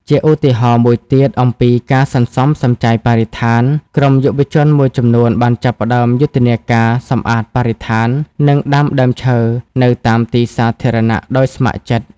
ជាឧទាហរណ៍មួយទៀត អំពីការសន្សំសំចៃបរិស្ថាន ក្រុមយុវជនមួយចំនួនបានចាប់ផ្តើមយុទ្ធនាការសម្អាតបរិស្ថាន និងដាំដើមឈើនៅតាមទីសាធារណៈដោយស្ម័គ្រចិត្ត។